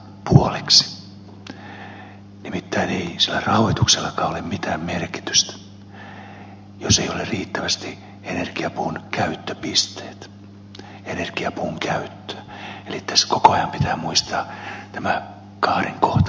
nimittäin ei sillä rahoituksellakaan ole mitään merkitystä jos ei ole riittävästi energiapuun käyttöpisteitä energiapuun käyttöä eli tässä koko ajan pitää muistaa tämä kahden kohtalonyhteys